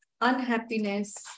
unhappiness